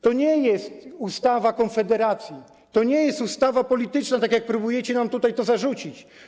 To nie jest ustawa Konfederacji, to nie jest ustawa polityczna, tak jak próbujecie nam tu zarzucić.